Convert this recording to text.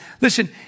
Listen